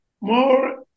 more